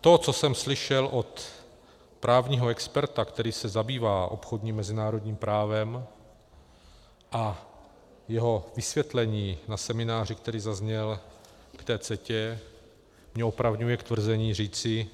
To, co jsem slyšel od právního experta, který se zabývá obchodním mezinárodním právem, a jeho vysvětlení na semináři, které zaznělo k CETA, mě opravňuje k tvrzení říci,